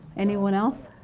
anyone else?